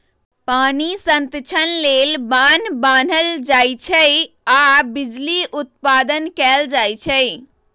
पानी संतक्षण लेल बान्ह बान्हल जाइ छइ आऽ बिजली उत्पादन कएल जाइ छइ